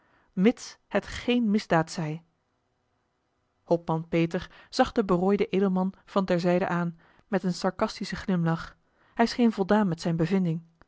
mits het geene misdaad zij hopman peter zag den berooiden edelman van ter zijde aan met een sarcastischen glimlach hij scheen voldaan met zijne bevinding